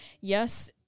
Yes